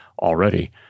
already